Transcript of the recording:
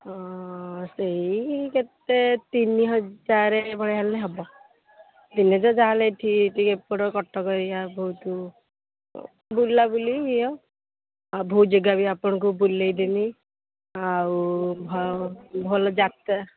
ହଁ ସେହି କେତେ ତିନି ହଜାର ଭଳିଆ ହେଲେ ହେବ ଦିନେ ତ ଯାହା ହେଲେ ଏଠି ଟିକେ ଏପଟ କଟକ ଏରିଆ ବହୁତ ବୁଲାବୁଲି ଇଅ ବହୁତ ଯାଗା ବି ଆପଣଙ୍କୁ ବୁଲାଇ ଦେମି ଆଉ ଭ ଭଲଯାତ୍ରା